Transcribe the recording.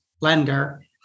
lender